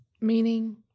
Meaning